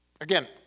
Again